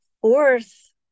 fourth